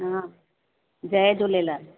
हा जय झूलेलाल